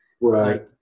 Right